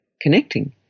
connecting